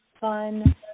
fun